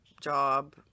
job